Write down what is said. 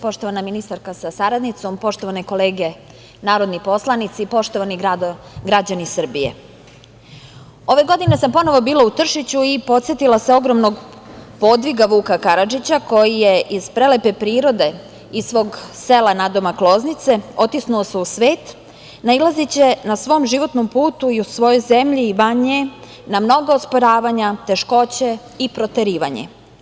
Poštovana ministarko sa saradnicom, poštovane kolege narodni poslanici, poštovani građani Srbije, ove godine sam ponovo bila u Tršiću i podsetila se ogromnog podviga Vuka Karadžića koji je iz prelepe prirode, iz svog sela nadomak Loznice, otisnuo se u svet nailazeći na svom životnom putu i u svojoj zemlji i van nje na mnoga osporavanja, teškoće i proterivanje.